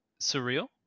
surreal